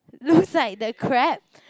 looks like the crab